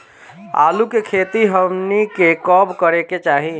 आलू की खेती हमनी के कब करें के चाही?